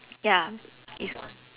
ya it's